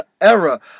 era